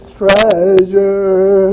treasure